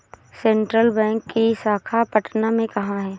Central Bank की शाखा पटना में कहाँ है?